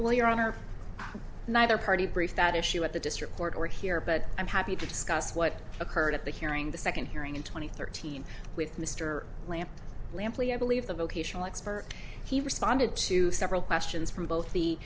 well your honor neither party briefs that issue at the district court or here but i'm happy to discuss what occurred at the hearing the second hearing in two thousand and thirteen with mr lampe lampley i believe the vocational expert he responded to several questions from both